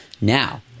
Now